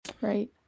Right